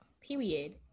Period